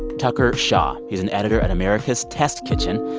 tucker shaw he's an editor at america's test kitchen,